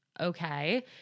okay